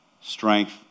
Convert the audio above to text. Strength